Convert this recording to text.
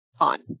on